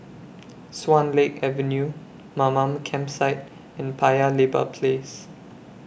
Swan Lake Avenue Mamam Campsite and Paya Lebar Place